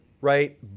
Right